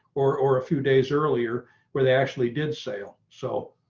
or or a few days earlier where they actually did sale so